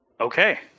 Okay